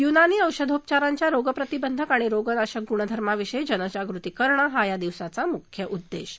युनानी औषधोपचारांच्या रोगप्रतिबंधक आणि रोगनाशक गुणधर्माविषयी जनजागृती करणं हा या दिवसाचा मुख्य उद्देश आहे